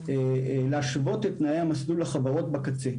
להשוות את תנאי המסלול לחברות בקצה,